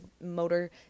motor